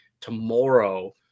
tomorrow